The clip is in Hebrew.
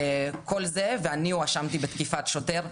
כל זה, ואני הואשמתי בתקיפת שוטר.